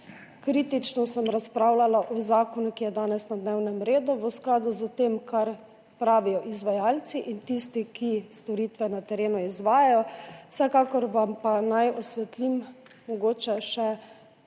Kritično sem razpravljala o zakonu, ki je danes na dnevnem redu, v skladu s tem, kar pravijo izvajalci in tisti, ki izvajajo storitve na terenu. Vsekakor naj vam pa osvetlim mogoče še